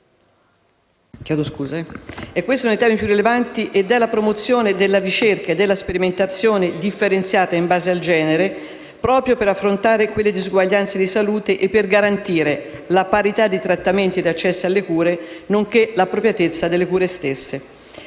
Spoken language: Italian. Questo è uno dei temi più rilevanti, perché la promozione della ricerca e della sperimentazione differenziata in base al genere è necessaria per affrontare le disuguaglianze di salute e per garantire la parità di trattamenti e di accesso alle cure, nonché l'appropriatezza delle cure stesse.